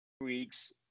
weeks